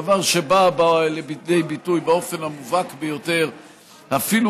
דבר שבא לידי ביטוי באופן המובהק ביותר אפילו